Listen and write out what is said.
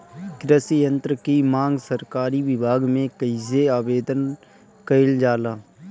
कृषि यत्र की मांग सरकरी विभाग में कइसे आवेदन कइल जाला?